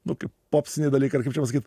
nu kaip popsiniai dalykai ar kaip čia pasakyt